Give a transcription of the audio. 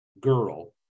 girl